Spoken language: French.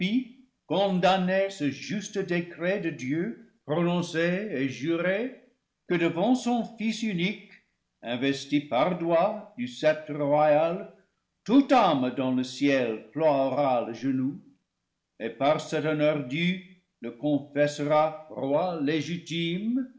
ce juste dé cret de dieu prononcé et juré que devant son fils unique investi par droit du sceptre royal toute âme dans le ciel ploiera le genou et par cet honneur dû le confessera roi légitime